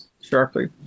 sharply